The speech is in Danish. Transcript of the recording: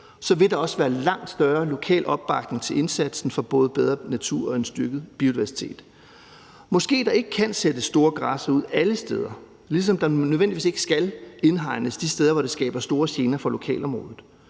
Så vil der også være langt større lokal opbakning til indsatsen for både bedre natur og en styrket biodiversitet. Måske kan der ikke sættes store græssere ud alle steder, ligesom der nødvendigvis ikke skal indhegnes de steder, hvor det giver store gener for lokalområdet.